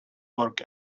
work